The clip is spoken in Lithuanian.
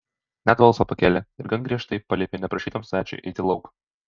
net balsą pakėlė ir gan griežtai paliepė neprašytam svečiui eiti lauk